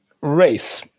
Race